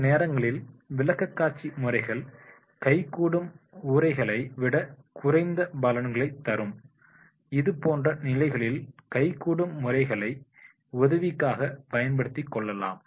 சில நேரங்களில் விளக்கக்காட்சி முறைகள் கைகூடும் உரைகளை விட குறைந்த பலன்களைத் தரும் இதுபோன்ற நிலைமைகளில் கைகூடும் முறைகளை உதவிக்காக பயன்படுத்திக் கொள்ளலாம்